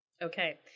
Okay